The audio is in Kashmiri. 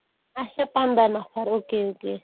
اَسہِ چھِ پَنٛداہ نَفَر اوکے اوکے